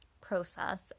process